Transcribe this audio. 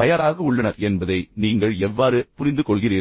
தயாராக உள்ளனர் என்பதை நீங்கள் எவ்வாறு புரிந்துகொள்கிறீர்கள்